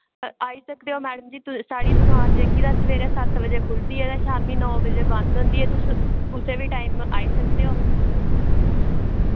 आई सकदे ओ मैडम जी तु साढ़ी दुकान जेह्की ना सवेरै सत्त बजे खुलदी ऐ ते शाम्मी नौ बजे बंद होंदी ऐ तुस कुसै बी टाइम आई सकदे ओ